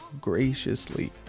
graciously